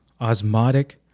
osmotic